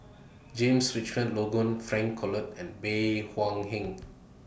James Richardson Logan Frank Cloutier and Bey Hua Heng